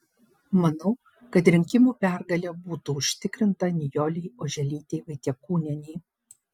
manau kad rinkimų pergalė būtų užtikrinta nijolei oželytei vaitiekūnienei